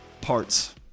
parts